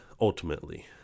ultimately